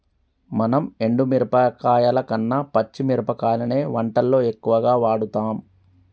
మనం ఎండు మిరపకాయల కన్న పచ్చి మిరపకాయలనే వంటల్లో ఎక్కువుగా వాడుతాం